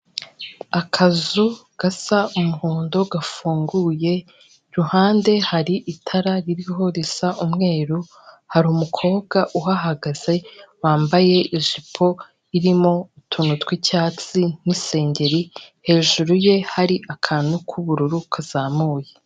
Akazu gasa umuhondo gafunguye, iruhande hari itara ririho risa umweru, hari umukobwa uhahagaze wambaye ijipo irimo utuntu tw'icyatsi n'isengeri, hejuru ye hari akantu k'ubururu kazamuye.